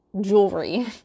jewelry